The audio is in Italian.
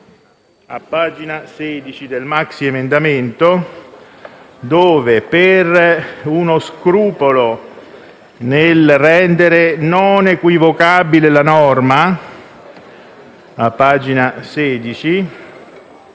2*-ter* del maxiemendamento, dove, per uno scrupolo nel rendere non equivocabile la norma, bisogna